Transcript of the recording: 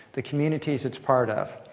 the communities it's part of.